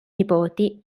nipoti